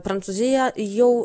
prancūzija jau